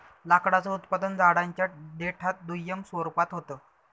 लाकडाचं उत्पादन झाडांच्या देठात दुय्यम स्वरूपात होत